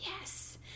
Yes